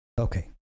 Okay